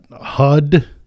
HUD